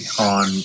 on